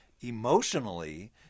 emotionally